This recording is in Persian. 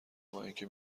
بااینکه